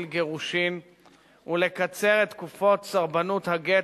גירושין ולקצר את תקופות סרבנות הגט,